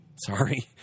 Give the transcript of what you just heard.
Sorry